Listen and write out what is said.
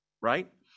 right